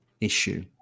issue